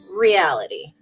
Reality